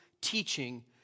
teaching